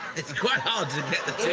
it's quite hard to get.